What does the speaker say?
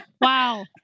Wow